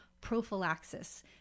prophylaxis